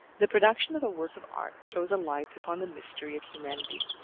the production of a work of art throws a light upon the mystery of humanity.